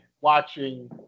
watching